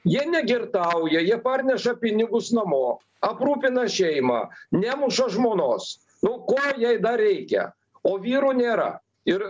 jie negirtauja jie parneša pinigus namo aprūpina šeimą nemuša žmonos nu ko jai dar reikia o vyro nėra ir